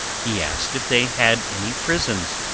he asked if they had any prisons,